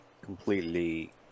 completely